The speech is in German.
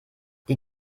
die